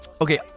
Okay